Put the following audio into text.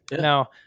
Now